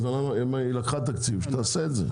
היא לקחה תקציב, שתעשה את זה.